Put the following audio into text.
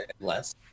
less